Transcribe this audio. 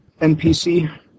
NPC